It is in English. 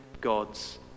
God's